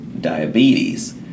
diabetes